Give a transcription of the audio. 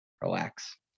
relax